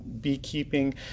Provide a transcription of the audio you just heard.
beekeeping